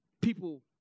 people